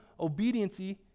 obediency